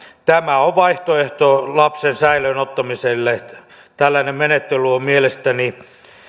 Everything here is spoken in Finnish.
tämä on vaihtoehto lapsen säilöön ottamiselle tällainen menettely on mielestäni